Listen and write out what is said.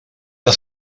del